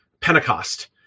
Pentecost